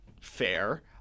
fair